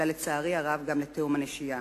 אלא לצערי הרב גם לתהום הנשייה.